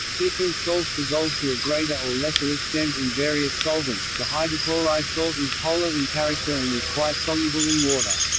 different salts dissolve to a greater or lesser extent in various solvents the hydrochloride salt is polar in character and is quite soluble in water.